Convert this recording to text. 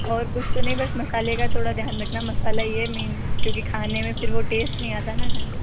और कुछ तो नहीं बस मसाले का थोड़ा ध्यान रखना मसाला ही है मेन क्योंकि खाने में वो फिर टेस्ट नहीं आता ना